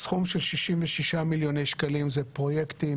סכום של 66 מיליוני שקלים זה פרויקטים